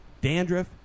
dandruff